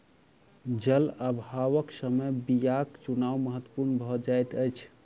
जल अभावक समय बीयाक चुनाव महत्पूर्ण भ जाइत अछि